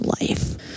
life